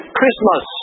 Christmas